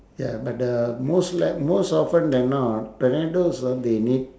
ya but the most le~ most often than now ah tornadoes ah they need